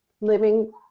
living